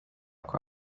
kwa